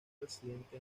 residente